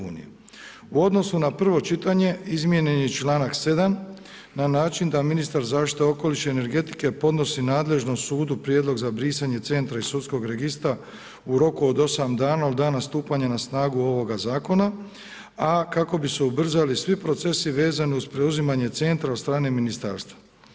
U odnosu na prvo čitanje izmijenjeni članak 7. na način da ministar zaštite okoliša i energetike podnosi nadležnom sudu prijedlog za brisanje centra iz sudskog registra u roku od osam dana od dana stupanja na snagu ovoga zakona, a kako bi se ubrzali svi procesi vezani uz preuzimanje centra od strane ministarstva.